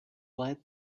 led